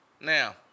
Now